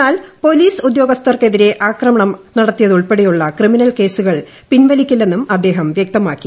എന്നാൽ പോലീസ് ഉദ്യോഗസ്ഥർക്കതെതിരെ ആക്രമണം നടത്തിയതുൾപ്പെടെയുള്ള ക്രിമിനൽ കേസുകൾ പിൻവലിക്കില്ലെന്നും അദ്ദേഹം വൃക്തമാക്കി